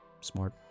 Smart